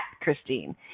Christine